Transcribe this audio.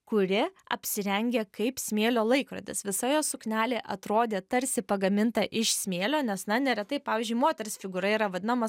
kuri apsirengė kaip smėlio laikrodis visa jos suknelė atrodė tarsi pagaminta iš smėlio nes na neretai pavyzdžiui moters figūra yra vadinama